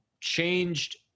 changed